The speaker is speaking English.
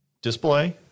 Display